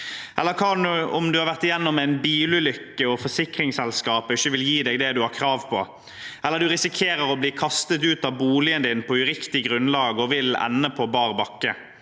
klage: Man kan ha vært gjennom en bilulykke, og forsikringsselskapet vil ikke gi det man har krav på, eller man risikerer å bli kastet ut av boligen på uriktig grunnlag og vil ende på bar bakke,